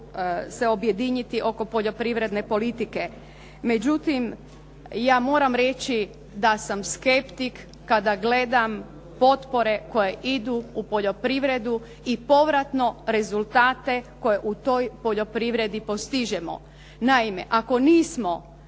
se objediniti oko poljoprivredne politike. Međutim, ja moram reći da sam skeptik kada gledam potpore koje idu u poljoprivredu i povratno rezultate koje u toj poljoprivredi postižemo. Naime, ako nismo